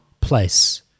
place